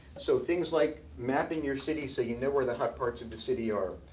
so things like mapping your city so you know where the hot parts of the city are.